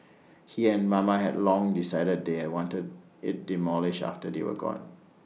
he and mama had long decided they are wanted IT demolished after they were gone